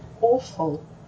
Awful